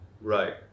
Right